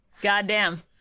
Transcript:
Goddamn